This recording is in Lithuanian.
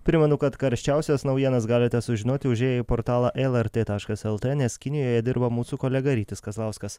primenu kad karščiausias naujienas galite sužinoti užėję į portalą lrt taškas lt nes kinijoje dirba mūsų kolega rytis kazlauskas